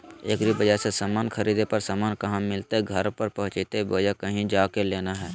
एग्रीबाजार से समान खरीदे पर समान कहा मिलतैय घर पर पहुँचतई बोया कहु जा के लेना है?